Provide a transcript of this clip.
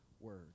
word